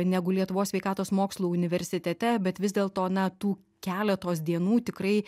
negu lietuvos sveikatos mokslų universitete bet vis dėlto na tų keletos dienų tikrai